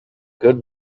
good